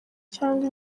cyangwa